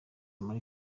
muri